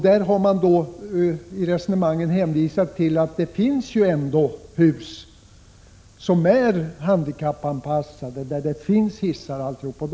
Det har i resonemangen hänvisats till att det finns handikappanpassade hus, med hissar osv.